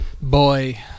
Boy